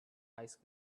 ice